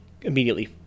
immediately